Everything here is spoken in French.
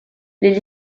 les